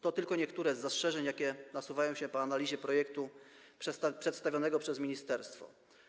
To tylko niektóre z zastrzeżeń, jakie nasuwają się po analizie projektu przedstawionego przez ministerstwo.